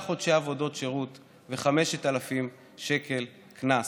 חודשי עבודות שירות ו-5,000 שקל קנס.